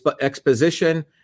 exposition